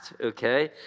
okay